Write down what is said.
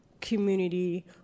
community